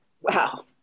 Wow